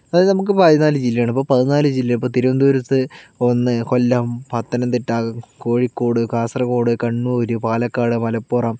അതായത് നമുക്ക് പതിനാല് ജില്ലയാണ് അപ്പം പതിനാല് ജില്ല ഇപ്പം തിരുവനന്തപുരത്ത് ഒന്ന് കൊല്ലം പത്തനംതിട്ട കോഴിക്കോട് കാസർഗോട് കണ്ണൂർ പാലക്കാട് മലപ്പുറം